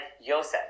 Yosef